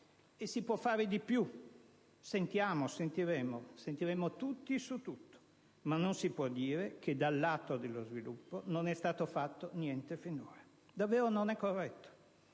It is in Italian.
E si può fare di più. Sentiremo tutti su tutto, ma non si può dire che dal lato dello sviluppo non è stato fatto niente finora. Davvero non è corretto.